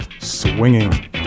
Swinging